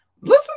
listen